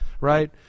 right